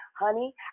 Honey